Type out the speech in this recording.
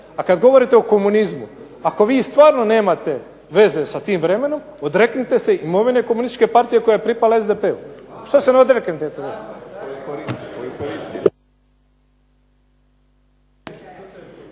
A kad govorite o komunizmu, ako vi stvarno nemate veze sa tim vremenom, odreknite se imovine komunističke partije koja je pripala SDP-u. Što se ne odreknete?